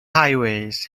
highways